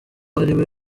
ariwe